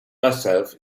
myself